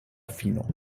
fino